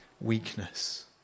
Weakness